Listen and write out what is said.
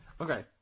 okay